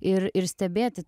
ir ir stebėti